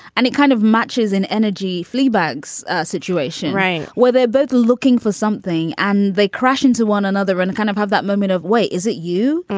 and it kind of matches an energy fully buggs situation, right. where they're both looking for something and they crash into one another and kind of have that moment of way. is it you?